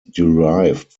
derived